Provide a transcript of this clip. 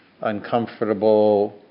uncomfortable